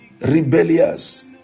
rebellious